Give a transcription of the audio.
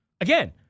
Again